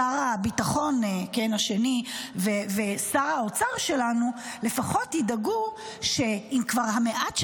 שר הביטחון השני ושר האוצר שלנו לפחות ידאגו שעם המעט שנשאר,